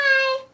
Bye